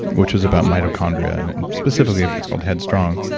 which is about mitochondria, and and specifically but it's called headstrong.